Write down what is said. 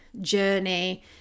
journey